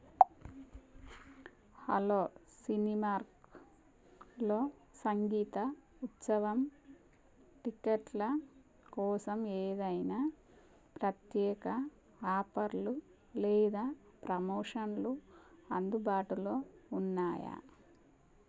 hello సినీమార్క్లో సంగీత ఉత్సవం టిక్కెట్ల కోసం ఏదైనా ప్రత్యేక ఆఫర్లు లేదా ప్రమోషన్లు అందుబాటులో ఉన్నాయా